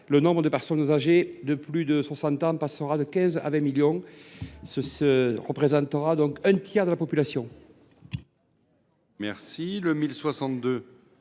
le nombre de personnes âgées de plus de 60 ans passera de 15 millions à 20 millions. Celles ci représenteront un tiers de la population,